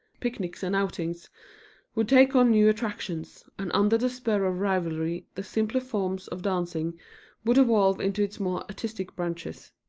picnics and outings would take on new attractions, and under the spur of rivalry the simpler forms of dancing would evolve into its more artistic branches.